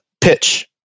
Pitch